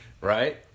right